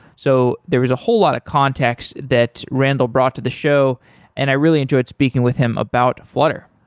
so there is a whole lot of context that randall brought to the show and i really enjoyed speaking with him about flutter.